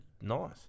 nice